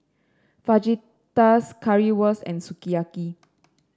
Fajitas Currywurst and Sukiyaki